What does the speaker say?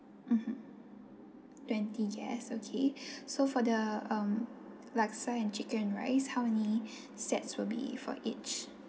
mmhmm twenty guests okay so for the um laksa and chicken rice how many sets will be for each